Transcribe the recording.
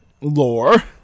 lore